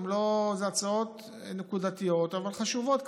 אלה הצעות נקודתיות אבל חשובות,